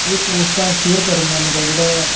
ਇਹ ਪੋਸਟਾਂ ਸ਼ੇਅਰ ਕਰਨ ਦਾ ਮੇਰਾ ਜਿਹੜਾ